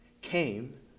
came